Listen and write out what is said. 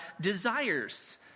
desires